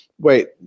Wait